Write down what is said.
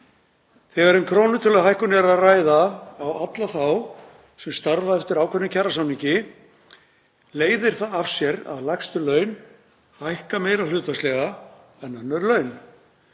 Þegar um krónutöluhækkun er að ræða á alla þá sem starfa eftir ákveðnum kjarasamningi leiðir það af sér að lægstu laun hækka meira hlutfallslega en önnur laun.